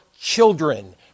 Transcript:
children